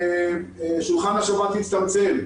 שולחן השבת הצטמצם.